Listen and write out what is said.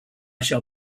shall